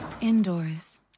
Indoors